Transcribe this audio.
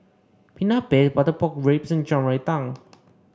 Peanut Paste Butter Pork Ribs and Shan Rui Tang